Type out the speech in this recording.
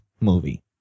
movie